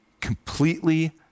completely